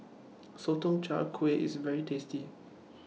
Sotong Char Kway IS very tasty